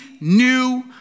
new